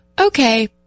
okay